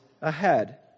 ahead